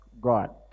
God